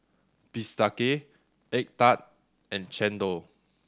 Bistake egg tart and Chendol